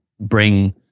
bring